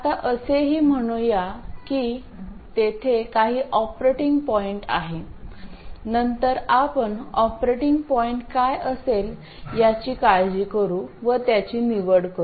आता असेही म्हणूया की तेथे काही ऑपरेटिंग पॉईंट आहे नंतर आपण ऑपरेटिंग पॉईंट काय असेल याची काळजी करू व त्याची निवड करू